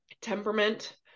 temperament